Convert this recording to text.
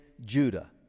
Judah